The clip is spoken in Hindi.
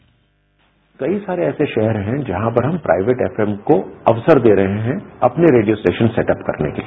बाइट कई सारे ऐसे शहर हैं जहां पर हम प्राइवेट एफ एम को अवसर दे रहे हैं अपने रेडियो स्टेशन सेटअप करने के लिए